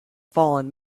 fallen